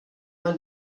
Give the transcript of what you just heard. man